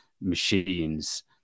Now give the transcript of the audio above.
machines